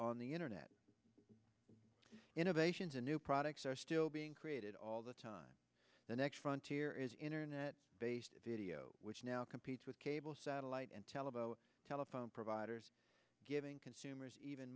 on the internet innovations a new products are still being created all the time the next frontier is internet based video which now competes with cable satellite and tell about telephone providers giving consumers even